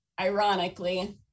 ironically